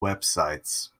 websites